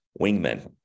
wingmen